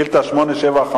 שאילתא 875